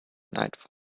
nightfall